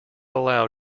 allow